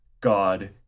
God